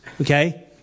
Okay